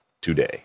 today